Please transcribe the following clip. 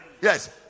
yes